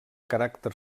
caràcter